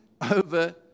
over